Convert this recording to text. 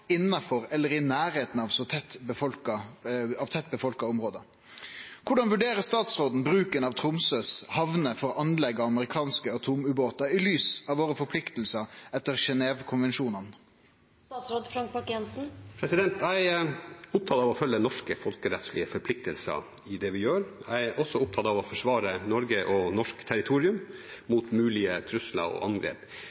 eller i nærheten av tett befolkede områder». Hvordan vurderer statsråden bruken av Tromsøs havner for anlegg av amerikanske atomubåter i lys av våre forpliktelser etter Genèvekonvensjonene?» Jeg er opptatt av å følge norske folkerettslige forpliktelser i det vi gjør. Jeg er også opptatt av å forsvare Norge og norsk territorium